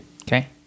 Okay